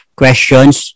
questions